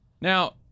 Now